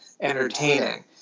entertaining